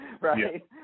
Right